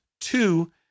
two